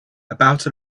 about